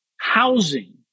housing